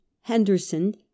Henderson